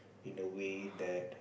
in a way that